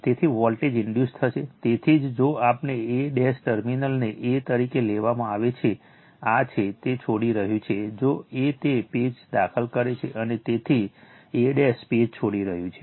તેથી voltage induce થશે તેથી જ જો આપણે a ટર્મિનલને a તરીકે લેવામાં આવે છે આ છે તે છોડી રહ્યું છે જો a તે પેજ દાખલ કરે છે અને તેથી a પેજ છોડી રહ્યું છે